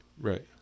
Right